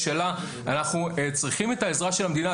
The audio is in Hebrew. אנחנו צריכים את העזרה של המדינה,